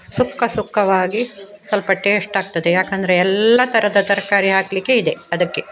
ಸುಕ್ಕ ಸುಕ್ಕವಾಗಿ ಸ್ವಲ್ಪ ಟೇಸ್ಟಾಗ್ತದೆ ಯಾಕೆಂದ್ರೆ ಎಲ್ಲ ಥರದ ತರಕಾರಿ ಹಾಕಲಿಕ್ಕೆ ಇದೆ ಅದಕ್ಕೆ